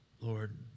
Lord